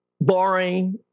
boring